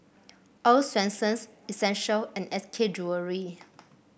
Earl's Swensens Essential and S K Jewellery